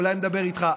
אולי נדבר איתך.